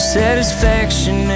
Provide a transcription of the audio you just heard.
satisfaction